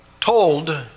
told